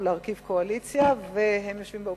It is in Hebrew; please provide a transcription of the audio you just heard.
להרכיב קואליציה והם יושבים באופוזיציה,